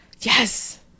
yes